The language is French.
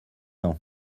ans